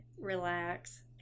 relax